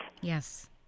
yes